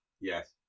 Yes